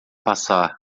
passar